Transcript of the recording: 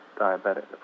diabetic